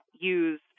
use